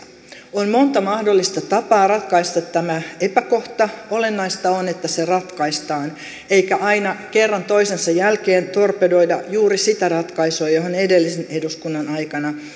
on monta mahdollista tapaa ratkaista tämä epäkohta olennaista on että se ratkaistaan eikä aina kerran toisensa jälkeen torpedoida juuri sitä ratkaisua johon edellisen eduskunnan aikana